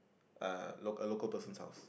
uh local a local person's house